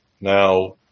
now